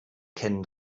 kennen